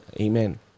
Amen